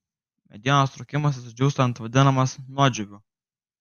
medienos traukimasis džiūstant vadinamas nuodžiūviu